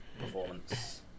performance